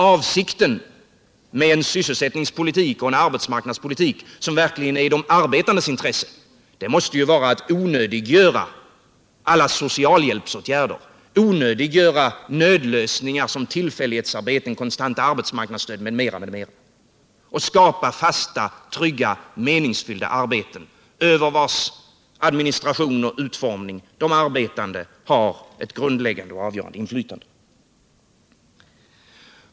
Avsikten med en sysselsättningspolitik och en arbetsmarknadspolitik som verkligen ligger i de arbetandes intresse måste vara att onödiggöra alla socialhjälpsåtgärder, onödiggöra nödlösningar som tillfällighetsarbeten, kontant arbetsmarknadsstöd m.m., och skapa fasta, trygga, meningsfyllda arbeten, över vilkas administration och utformning de arbetande har ett grundläggande och avgörande inflytande.